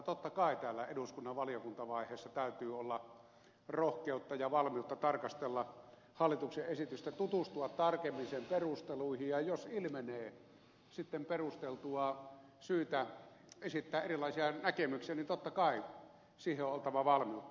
totta kai täällä eduskunnan valiokuntavaiheessa täytyy olla rohkeutta ja valmiutta tarkastella hallituksen esitystä tutustua tarkemmin sen perusteluihin ja jos ilmenee sitten perusteltua syytä esittää erilaisia näkemyksiä niin totta kai siihen on oltava valmiutta